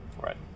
Right